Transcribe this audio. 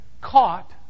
caught